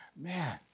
Man